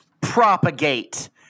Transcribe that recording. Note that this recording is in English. propagate